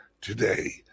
today